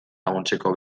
laguntzeko